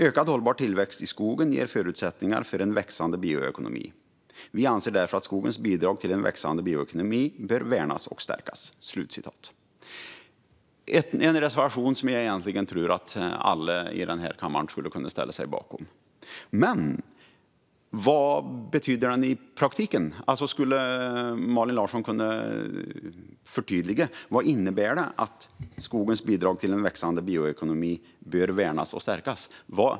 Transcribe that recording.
Ökad hållbar tillväxt i skogen ger förutsättningar för en växande bioekonomi. Vi anser därför att skogens bidrag till en växande bioekonomi bör värnas och stärkas." Det är en reservation som jag egentligen tror att alla i den här kammaren skulle kunna ställa sig bakom. Men vad betyder den i praktiken? Skulle Malin Larsson kunna förtydliga det? Vad innebär det att "skogens bidrag till en växande bioekonomi bör värnas och stärkas"?